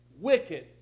wicked